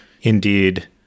indeed